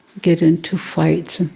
get into fighting.